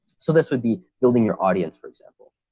so this would be building your audience, for example,